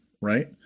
right